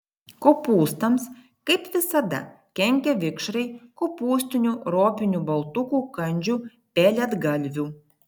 kopūstams kaip visada kenkia vikšrai kopūstinių ropinių baltukų kandžių pelėdgalvių